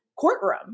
courtroom